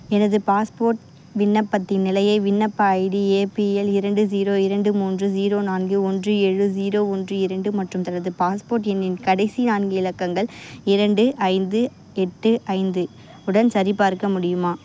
எனது பாஸ்போர்ட் விண்ணப்பத்தின் நிலையை விண்ணப்ப ஐடி ஏபிஎல் இரண்டு ஜீரோ இரண்டு மூன்று ஜீரோ நான்கு ஒன்று ஏழு ஜீரோ ஒன்று இரண்டு மற்றும் தனது பாஸ்போர்ட் எண்ணின் கடைசி நான்கு இலக்கங்கள் இரண்டு ஐந்து எட்டு ஐந்து உடன் சரிபார்க்க முடியுமா